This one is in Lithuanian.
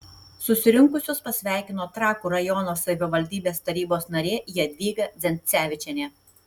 susirinkusius pasveikino trakų rajono savivaldybės tarybos narė jadvyga dzencevičienė